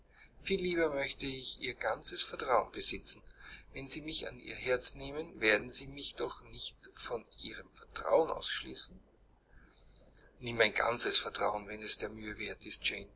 viel lieber möchte ich ihr ganzes vertrauen besitzen wenn sie mich an ihr herz nehmen werden sie mich doch nicht von ihrem vertrauen ausschließen nimm mein ganzes vertrauen wenn es der mühe wert